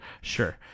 Sure